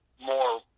more